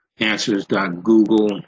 Answers.Google